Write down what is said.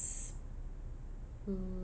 mm